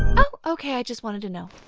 oh, okay i just wanted to know.